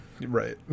right